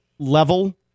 level